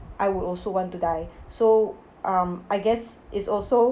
I would also want to die so um I guess it's also